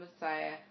Messiah